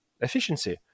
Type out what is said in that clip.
efficiency